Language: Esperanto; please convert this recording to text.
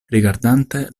rigardante